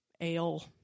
ale